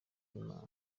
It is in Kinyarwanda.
n’imana